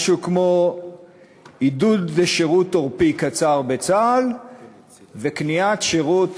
משהו כמו עידוד לשירות עורפי קצר בצה"ל וקניית שירות